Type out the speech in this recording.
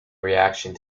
reaction